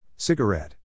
Cigarette